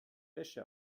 wäsche